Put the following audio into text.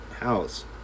house